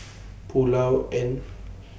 Pulao and